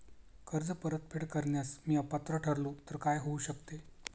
कर्ज परतफेड करण्यास मी अपात्र ठरलो तर काय होऊ शकते?